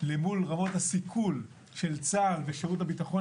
למול רמות הסיכול של צה"ל ושל שירות הביטחון